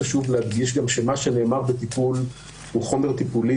להדגיש שמה שנאמר בטיפול הוא חומר טיפולי,